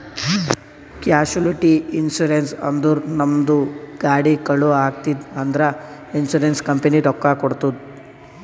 casualty insurance ಅಂದುರ್ ನಮ್ದು ಗಾಡಿ ಕಳು ಆಗಿತ್ತ್ ಅಂದ್ರ ಇನ್ಸೂರೆನ್ಸ್ ಕಂಪನಿ ರೊಕ್ಕಾ ಕೊಡ್ತುದ್